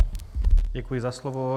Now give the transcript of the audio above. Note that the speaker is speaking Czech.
Děkuji za slovo.